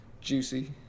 juicy